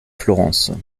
florence